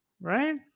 right